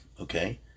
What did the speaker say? okay